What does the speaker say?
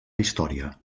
història